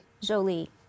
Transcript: Jolie